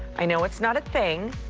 i know it's not a thing.